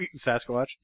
Sasquatch